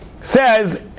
says